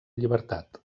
llibertat